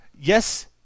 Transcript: yes